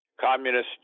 communist